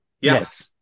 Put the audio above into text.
Yes